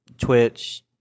Twitch